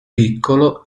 piccolo